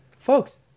Folks